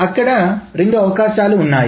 అక్కడ రెండు అవకాశాలు ఉన్నాయి